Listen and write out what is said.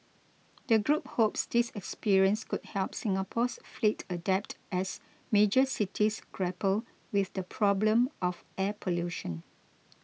the group hopes this experience could help Singapore's fleet adapt as major cities grapple with the problem of air pollution